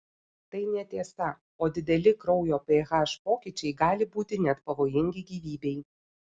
tai netiesa o dideli kraujo ph pokyčiai gali būti net pavojingi gyvybei